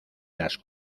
las